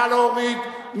נא להוריד.